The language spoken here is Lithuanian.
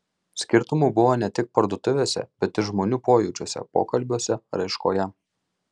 skirtumų buvo ne tik parduotuvėse bet ir žmonių pojūčiuose pokalbiuose raiškoje